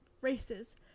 races